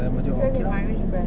所以你买 which brand